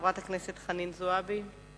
חברת הכנסת חנין זועבי.